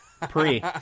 Pre